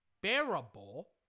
bearable